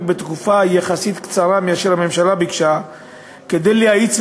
בתקופה יחסית קצרה מזו שביקשה הממשלה,